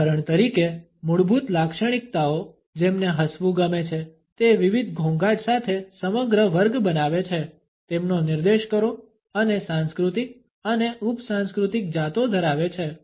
ઉદાહરણ તરીકે મૂળભૂત લાક્ષણિકતાઓ જેમને હસવું ગમે છે તે વિવિધ ઘોંઘાટ સાથે સમગ્ર વર્ગ બનાવે છે તેમનો નિર્દેશ કરો અને સાંસ્કૃતિક અને ઉપસંસ્કૃતિક જાતો ધરાવે છે